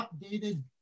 updated